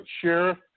sheriff